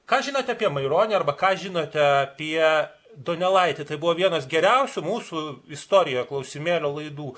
ką žinote apie maironį arba ką žinote apie donelaitį tai buvo vienas geriausių mūsų istorijoje klausimėlio laidų